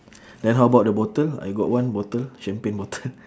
then how about the bottle I got one bottle champagne bottle